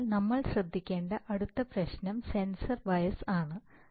അതിനാൽ നമ്മൾ ശ്രദ്ധിക്കേണ്ട അടുത്ത പ്രശ്നം സെൻസർ ബയസ് ആണ്